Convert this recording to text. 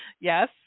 Yes